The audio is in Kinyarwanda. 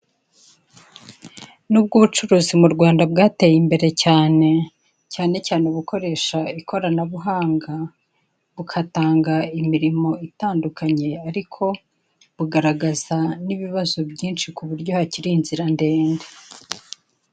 Nubwo ubucuruzi mu Rwanda bwateye imbere cyane, cyane cyane ubukoresha ikoranabuhanga, bugatanga imirimo itandukanye, ariko bugaragaza n'ibibazo byinshi ku buryo hakiri inzira ndende.